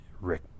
Rick